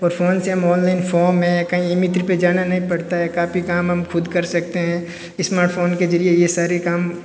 और फ़ोन से हम ऑनलाइन फॉर्म है कही इमित्री में जाना नहीं पड़ता है काफ़ी काम हम ख़ुद कर सकते है स्मार्टफ़ोन के ज़रिए ये सारे काम